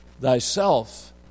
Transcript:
thyself